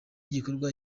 gikorwa